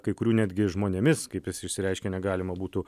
kai kurių netgi žmonėmis kaip jis išsireiškė negalima būtų